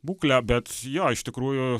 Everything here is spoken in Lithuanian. būklę bet jo iš tikrųjų